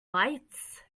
lights